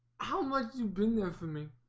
how much you've been there for me